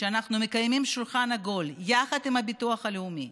שאנחנו מקיימים שולחן עגול יחד עם הביטוח הלאומי,